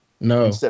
No